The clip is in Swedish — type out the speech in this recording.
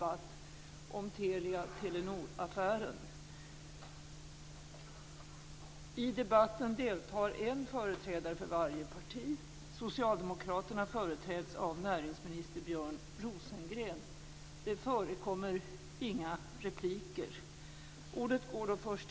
Med detta är dagens sammanträde avslutat.